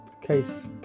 case